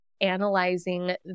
analyzing